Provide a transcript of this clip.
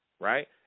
right